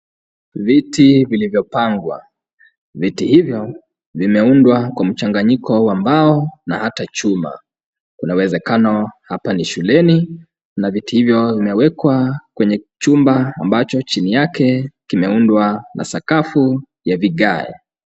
Viti vilivyopangwa ,viti hivyo vimeundwa kwa mchanganyiko wa mbao o na ata chuma , kuna uwezekano hapa ni shuleni na viti hivyo vimewekwa kwenye chumba ambacho chini yake kimeundwa na sakafu ya vigae.